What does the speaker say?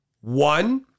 One